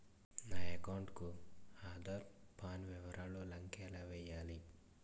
నా అకౌంట్ కు ఆధార్, పాన్ వివరాలు లంకె ఎలా చేయాలి?